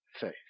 faith